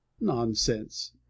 Nonsense